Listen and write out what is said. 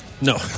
No